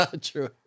True